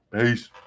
Peace